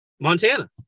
montana